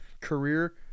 career